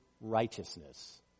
righteousness